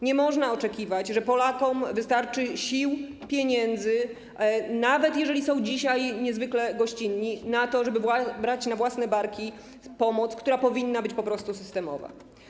Nie można oczekiwać, że Polakom wystarczy sił i pieniędzy, nawet jeżeli są dzisiaj niezwykle gościnni, na to, żeby brać na własne barki pomoc, która powinna być systemowa.